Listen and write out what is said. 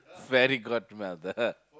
fairy god mother